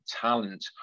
talent